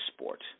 sport